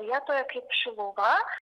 vietoje kaip šiluva